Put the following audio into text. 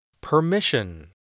Permission